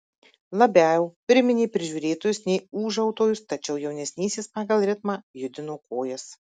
labiau priminė prižiūrėtojus nei ūžautojus tačiau jaunesnysis pagal ritmą judino kojas